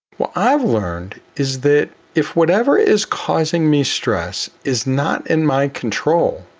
well i've learned is that if whatever is causing me stress is not in my control?